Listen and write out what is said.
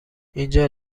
اینجا